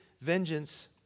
vengeance